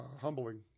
Humbling